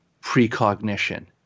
precognition